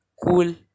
cool